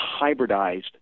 hybridized